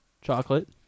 chocolate